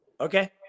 Okay